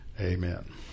Amen